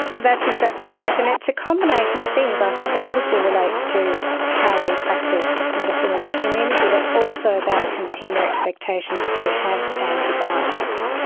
that's exactly right, and it's a combination of things. i think it obviously relates to how we practice medicine in the community, but also about consumer expectations to have antibiotics.